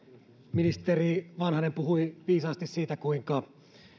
ministeri vanhanen puhui viisaasti siitä kuinka